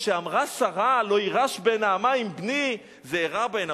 כשאמרה שרה: "לא ירש בן האמה עם בני" זה היה רע בעיניו,